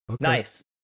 Nice